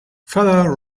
feller